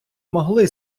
могли